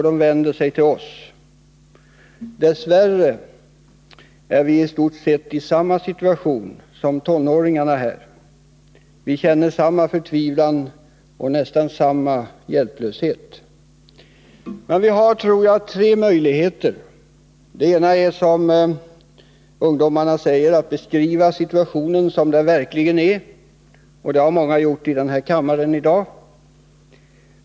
De vänder sig till oss. Dess värre är vi i stort sett i samma situation som de här tonåringarna. Vi känner samma förtvivlan och nästan samma hjälplöshet. Men vi har, tror jag, tre möjligheter. En av dem är, som ungdomarna säger, att beskriva situationen som den verkligen är, och det har många gjort här i kammaren i dag.